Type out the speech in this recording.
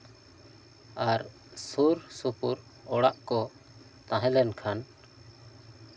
ᱟᱨ ᱥᱩᱨ ᱥᱩᱯᱩᱨ ᱚᱲᱟᱜ ᱠᱚ ᱛᱟᱦᱮᱸ ᱞᱮᱱᱠᱷᱟᱱ